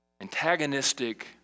antagonistic